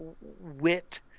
Wit